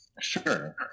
Sure